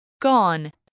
gone